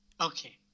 Okay